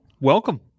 welcome